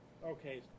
Okay